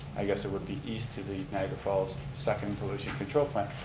i guess it would be east to the niagara falls second pollution control plant,